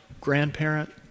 grandparent